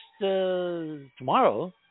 tomorrow